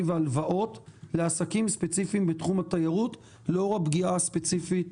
והלוואות לעסקים ספציפיים בתחום התיירות לאור הפגיעה הספציפית